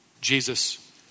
Jesus